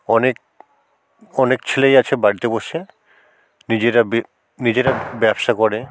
অনেক অনেক ছেলেই আছে বাড়িতে বসে নিজেরা বে নিজেরা ব্যবসা করে